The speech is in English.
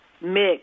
mix